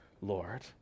Lord